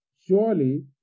surely